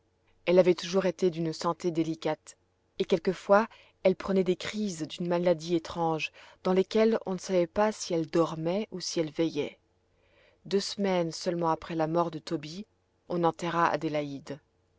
elle avait toujours été d'une santé délicate et quelquefois elle prenait des crises d'une maladie étrange dans lesquelles on ne savait pas si elle dormait ou si elle veillait deux semaines seulement après la mort de tobie on enterra adélaïde